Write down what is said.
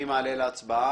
אני מעלה להצבעה.